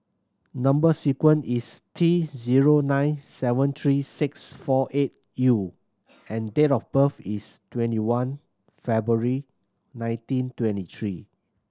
number sequence is T zero nine seven three six four eight U and date of birth is twenty one February nineteen twenty three